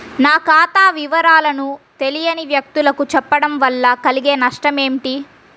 నా ఖాతా వివరాలను తెలియని వ్యక్తులకు చెప్పడం వల్ల కలిగే నష్టమేంటి?